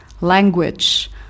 language